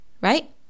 right